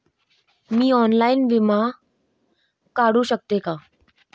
मी online विमा काढू शकते का?